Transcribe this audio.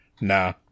Nah